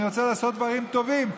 אני רוצה לעשות דברים טובים,